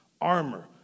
armor